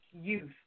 youth